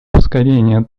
ускорения